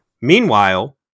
Meanwhile